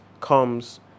comes